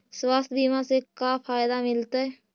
स्वास्थ्य बीमा से का फायदा मिलतै?